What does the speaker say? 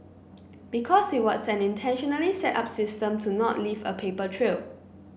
because it was an intentionally set up system to not leave a paper trail